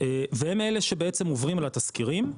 והם אלה שבעצם עוברים על התזכירים,